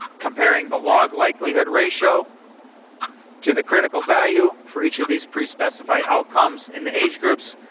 comparing the log likelihood ratio to the critical value for each of these pre-specified outcomes in the age groups.